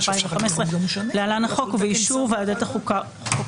צו להארכת תקופת מתן העדפה לרכישת טקסטיל